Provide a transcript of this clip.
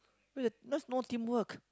where's the that's no teamwork